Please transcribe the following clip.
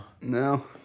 No